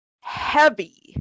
heavy